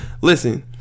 Listen